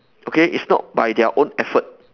okay it's not by their own effort